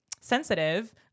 sensitive